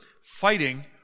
fighting